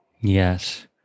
Yes